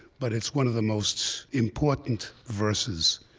but it's one of the most important verses.